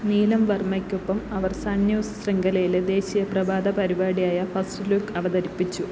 നീലം വർമ്മയ്ക്കൊപ്പം അവർ Sun News ശൃംഖലയിലെ ദേശീയ പ്രഭാത പരിപാടിയായ ഫസ്റ്റ് ലുക്ക് അവതരിപ്പിച്ചു